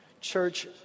Church